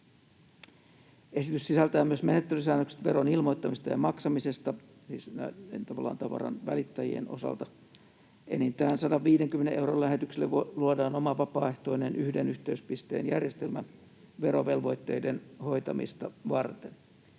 Esitys sisältää myös menettelysäännökset veron ilmoittamisesta ja maksamisesta — tavallaan tavaran välittäjien osalta. Enintään 150 euron lähetyksille luodaan oma vapaaehtoinen yhden yhteyspisteen järjestelmä verovelvoitteiden hoitamista varten.